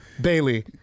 Bailey